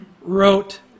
Wrote